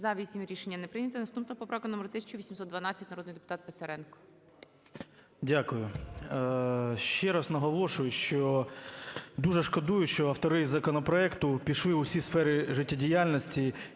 За-8 Рішення не прийнято. Наступна поправка номер 1812. Народний депутат Писаренко. 17:16:43 ПИСАРЕНКО В.В. Дякую. Ще раз наголошую, що дуже шкодую, що автори законопроекту пішли у всі сфери життєдіяльності